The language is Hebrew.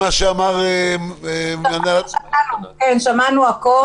שמענו הכול.